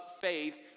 faith